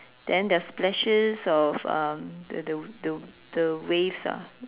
then there are splashes of um the the the the waves ah